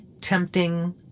tempting